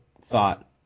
thought